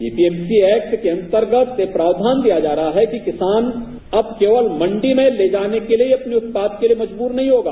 EPFC act के अंतर्गत यह प्रावधान दिया जा रहा है कि किसान अब केवल मंडी में ले जाने के लिए अपने उत्पाद के लिए मजबूर नहीं होगा